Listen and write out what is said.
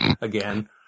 again